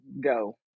go